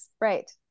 Right